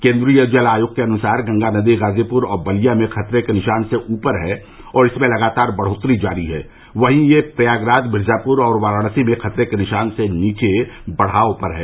केन्द्रीय जल आयोग के अनुसार गंगा नदी गाजीपुर और बलिया में खतरे के निशान से उपर है और इसमें लगातार बढ़ोत्तरी जारी है वहीं यह प्रयागराज मिर्जापुर और वाराणसी में खतरे के निशान से नीचे बढ़ाव पर है